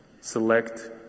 select